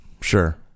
Sure